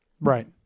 Right